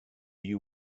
you